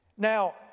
Now